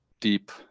deep